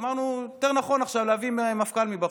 אמרנו שיותר נכון להביא מפכ"ל מבחוץ.